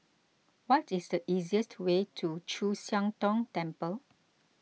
what is the easiest way to Chu Siang Tong Temple